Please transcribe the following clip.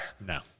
No